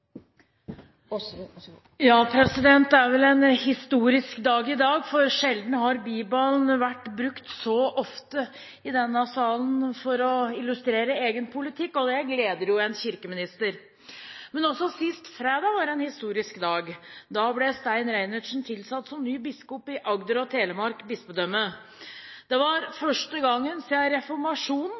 vært brukt så ofte i denne salen for å illustrere egen politikk, og det gleder jo en kirkeminister. Men også sist fredag var en historisk dag. Da ble Stein Reinertsen tilsatt som ny biskop i Agder og Telemark bispedømme. Det var første gangen siden reformasjonen